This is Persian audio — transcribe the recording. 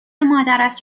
مادرت